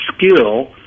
skill